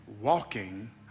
walking